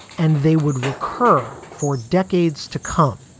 and they would recur for decades to come.